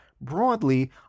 Broadly